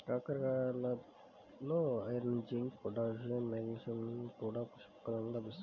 కాకరకాయలలో iron, zinc, potassium, manganese, magnesium కూడా పుష్కలంగా లభిస్తుంది